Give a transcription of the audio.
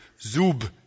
zub